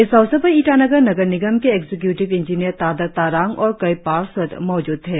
इस अवसर पर ईटानगर नगर निगम के एक्जीक्य्टिव इंजीनियर तादर तारांग और कई पार्षद मौजूद थे